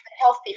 healthy